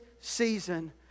season